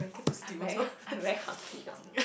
I'm very I'm very hungry now